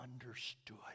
understood